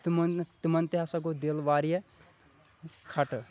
تِمَن نہٕ تِمَن تہِ ہَسا گوٚو دِل واریاہ کھَٹہٕ